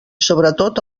sobretot